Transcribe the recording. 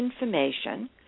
information